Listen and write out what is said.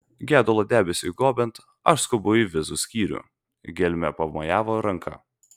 gedulo debesiui gobiant aš skubu į vizų skyrių gelmė pamojavo ranka